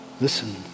Listen